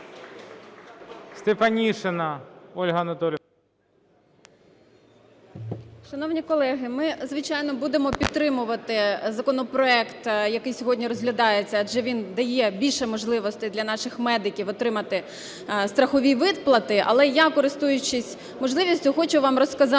Стефанишина Ольга Анатоліївна.